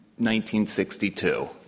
1962